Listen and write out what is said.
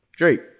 Drake